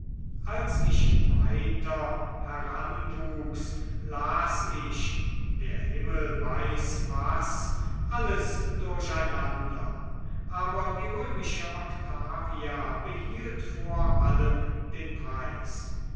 als ich weiter heranwuchs las ich der himmel weiß was alles durcheinander aber die römische oktavia behielt vor allen den preis